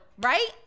Right